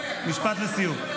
משפט לסיום.